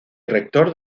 rector